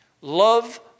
Love